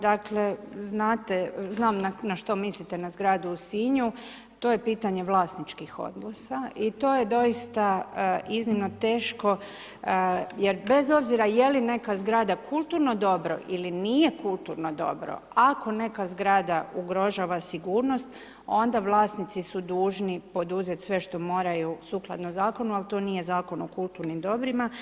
Dakle znam na što mislite na zgradu u Sinju, to je pitanje vlasničkih odnosa i to je doista iznimno teško jer bez obzira je li neka zgrada kulturno dobro ili nije kulturno dobro, ako neka zgrada ugrožava sigurnost, onda vlasnici su dužni poduzet sve što moraju sukladno zakonu, a to nije Zakon u kulturnim dobrima.